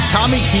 Tommy